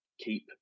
keep